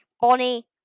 Bonnie